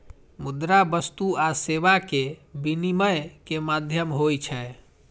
मुद्रा वस्तु आ सेवा के विनिमय के माध्यम होइ छै